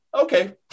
okay